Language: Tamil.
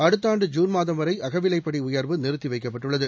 அடுத்த ஆண்டு ஜூன் மாதம் வரை அகவிலைப்படி உயர்வு நிறுத்தி வைக்கப்பட்டுள்ளது